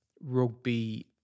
rugby